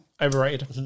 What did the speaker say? overrated